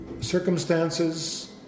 circumstances